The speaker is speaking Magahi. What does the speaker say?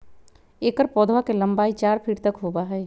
एकर पौधवा के लंबाई चार फीट तक होबा हई